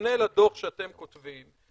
מפנה לדוח שאתם כותבים.